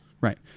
Right